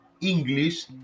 English